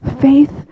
faith